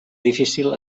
difícil